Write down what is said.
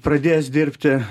pradėjęs dirbti